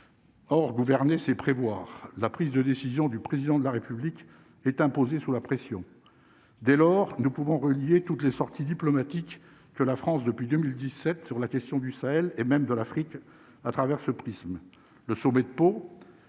Or, gouverner, c'est prévoir la prise de décision du président de la République est imposé sous la pression, dès lors, nous pouvons relier toutes les sorties diplomatique que la France depuis 2017 sur la question du Sahel et même de l'Afrique à travers ce prisme, le sommet de Pau,